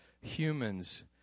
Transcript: humans